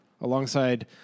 alongside